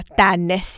tänne